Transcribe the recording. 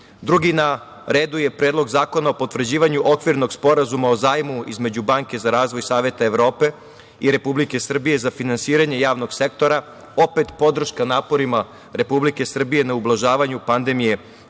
na redu je Predlogu zakona o potvrđivanju Okvirnog sporazuma o zajmu između Banke za razvoj Saveta Evrope i Republike Srbije za finansiranje javnog sektora. Opet podrška naporima Republike Srbije na ublažavanju pandemije